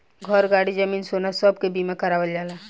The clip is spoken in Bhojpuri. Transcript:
घर, गाड़ी, जमीन, सोना सब के बीमा करावल जाला